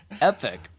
Epic